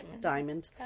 Diamond